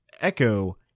Echo